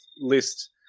list